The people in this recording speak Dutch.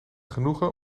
genoegen